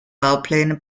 baupläne